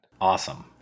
Awesome